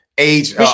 age